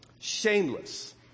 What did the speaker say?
shameless